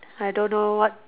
I don't know what